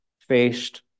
faced